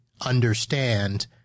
understand